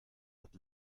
hat